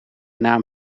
naam